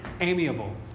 amiable